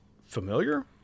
familiar